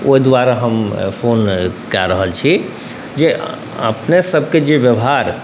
ओहि दुआरे हम फोन कऽ रहल छी जे अपनेसबके जे बेवहार